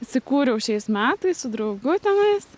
įsikūriau šiais metais su draugu tenais